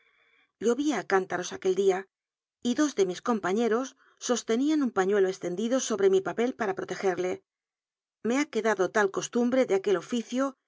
cún taros aquel di a y dos ele mis compañeros sostenían un pañuelo extendido sobre mi papel para protegerle iie ha quedado tal costumbre de aquel oficio